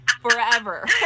Forever